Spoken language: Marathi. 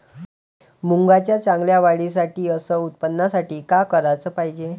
मुंगाच्या चांगल्या वाढीसाठी अस उत्पन्नासाठी का कराच पायजे?